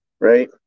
right